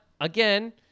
again